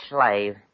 slave